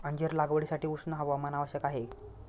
अंजीर लागवडीसाठी उष्ण हवामान आवश्यक आहे